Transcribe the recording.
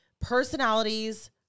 personalities